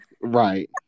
Right